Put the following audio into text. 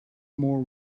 more